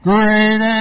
Great